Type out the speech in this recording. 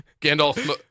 Gandalf